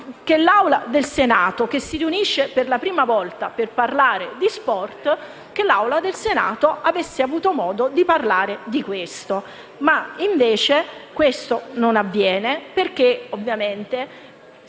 che l'Aula del Senato, che si riunisce per la prima volta per parlare di sport, avesse avuto modo di parlare di questo. Invece ciò non avviene perché, ovviamente,